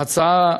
ההצעה